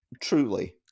truly